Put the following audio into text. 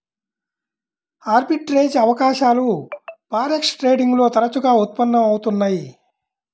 arbitrage అవకాశాలు forex trading లో తరచుగా ఉత్పన్నం అవుతున్నయ్యి